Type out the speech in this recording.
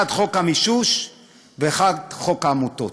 אחד חוק המישוש ואחד חוק העמותות.